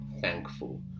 thankful